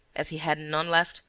as he had none left,